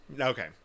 Okay